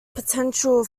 potential